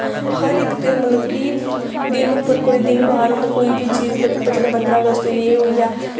हर इक ते मतलब कि दिन उप्पर कोई दिन बार होंदा कोई बी चीज मतलब जिसलै पंदरां अगस्त होई गेआ एह् होई गेआ